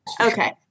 Okay